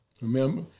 Remember